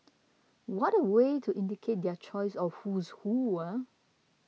what a way to indicate their choice of who's who eh